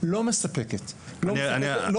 לא מספקת.